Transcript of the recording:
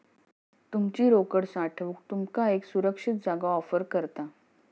तुमची रोकड साठवूक तुमका एक सुरक्षित जागा ऑफर करता